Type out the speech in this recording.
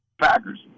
Packers